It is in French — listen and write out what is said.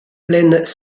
plaines